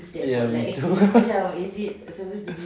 ya me too